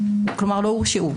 כלומר לא הורשעו.